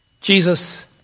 Jesus